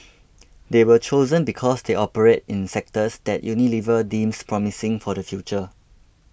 they were chosen because they operate in sectors that Unilever deems promising for the future